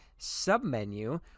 submenu